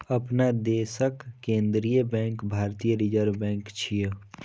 अपना देशक केंद्रीय बैंक भारतीय रिजर्व बैंक छियै